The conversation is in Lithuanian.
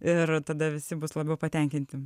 ir tada visi bus labiau patenkinti